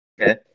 Okay